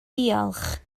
diolch